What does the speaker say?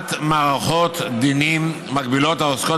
ליצירת מערכות דינים מקבילות העוסקות